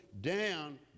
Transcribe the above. down